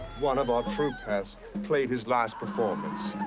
one of our troupe has played his last performance.